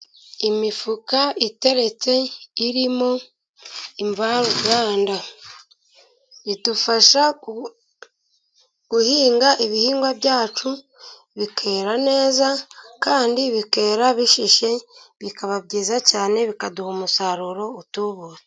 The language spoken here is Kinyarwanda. Imifuka iteretse irimo invaruganda, idufasha guhinga ibihingwa byacu bikera neza, kandi bikera bishishe bikaba byiza cyane, bikaduha umusaruro utubutse.